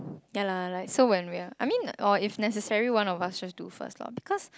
ya lah like so when we are I mean or if necessary one of us just do first loh because